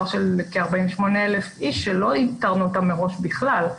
של כ-48,000 איש שלא איתרנו אותם מראש בכלל.